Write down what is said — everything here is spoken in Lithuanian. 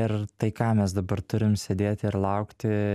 ir tai ką mes dabar turim sėdėti ir laukti